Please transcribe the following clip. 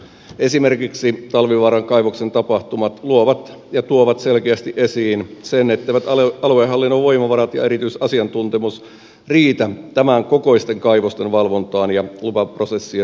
esimerkiksi talvivaaran kaivoksen tapahtumat luovat ja tuovat selkeästi esiin sen etteivät aluehallinnon voimavarat ja erityisasiantuntemus riitä tämän kokoisten kaivosten valvontaan ja lupaprosessien hoitoon